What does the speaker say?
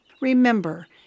Remember